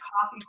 coffee